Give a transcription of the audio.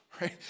right